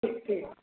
एत्ते आर